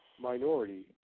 minority